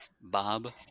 Bob